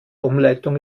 umleitung